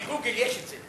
ב"גוגל" יש את זה.